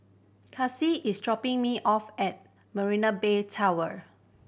Kasey is dropping me off at Marina Bay Tower